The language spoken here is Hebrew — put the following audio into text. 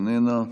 איננה,